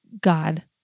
God